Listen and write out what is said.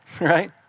Right